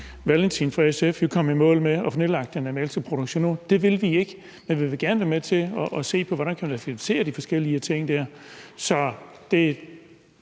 Valentin fra SF jo komme i mål med at få nedlagt den animalske produktion. Det vil vi ikke, men vi vil gerne være med til at se på, hvordan man kan finansiere de forskellige ting.